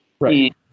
right